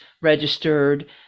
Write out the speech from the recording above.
registered